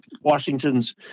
Washington's